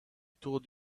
told